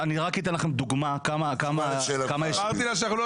ואני רק אתן לכם דוגמה כמה --- אמרתי לה שאנחנו לא